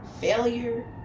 failure